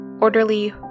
orderly